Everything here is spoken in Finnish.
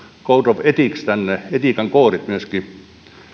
code of ethics tänne etiikan koodit myöskin